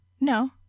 No